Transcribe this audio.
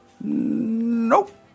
Nope